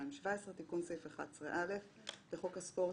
התשע"ז-2017 תיקון סעיף 11א. 1. בחוק הספורט,